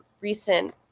recent